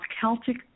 Celtic